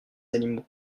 animaux